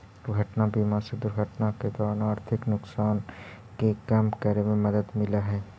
दुर्घटना बीमा से दुर्घटना के दौरान आर्थिक नुकसान के कम करे में मदद मिलऽ हई